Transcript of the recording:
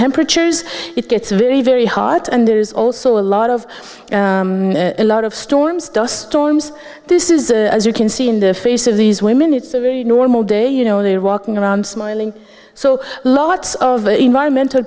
temperatures it gets very very hot and there is also a lot of a lot of storms dust storms this is a you can see in the face of these women it's a normal day you know they're walking around smiling so lots of environmental